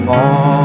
on